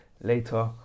later